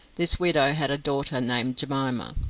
this widow had a daughter named jemima.